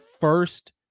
first